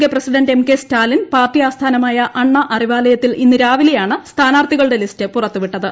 K president M K Stalin പാർട്ടി ആസ്ഥാനമായ അണ്ണാ അറിവാലയത്തിൽ ഇന്ന് രാവിലെയാണ് സ്ഥാനാർത്ഥികളുടെ ലിസ്റ്റ് പുറത്ത് വിട്ടത്